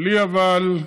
בלי אבל,